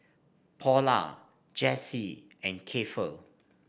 Paula Jessee and Keifer